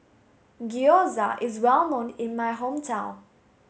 Gyoza is well known in my hometown